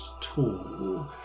tall